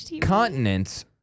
continents